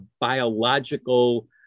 biological